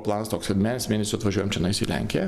planas toks kad mes mėnesiui atvažiuojam čionais į lenkiją